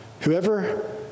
Whoever